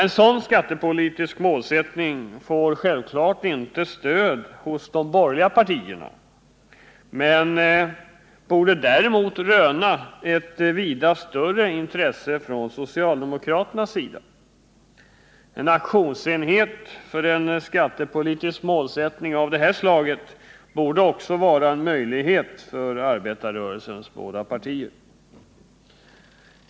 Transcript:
En sådan skattepolitisk målsättning får självfallet inte stöd hos de borgerliga partierna men den borde röna ett vida större intresse från socialdemokraternas sida. En aktionsenhet för en skattepolitisk målsättning av det här slaget borde också vara en möjlighet för arbetarrörelsens båda partier.